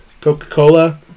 Coca-Cola